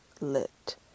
lit